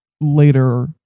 later